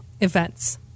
events